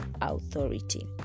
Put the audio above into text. authority